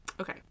Okay